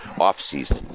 off-season